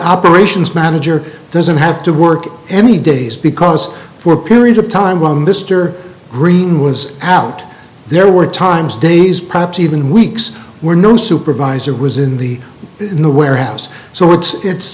operations manager doesn't have to work any days because for a period of time while mr green was out there were times days perhaps even weeks were no supervisor was in the in the warehouse so it's